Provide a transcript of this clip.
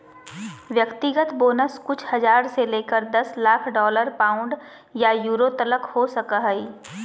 व्यक्तिगत बोनस कुछ हज़ार से लेकर दस लाख डॉलर, पाउंड या यूरो तलक हो सको हइ